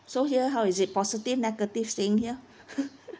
so here how is it positive negative staying here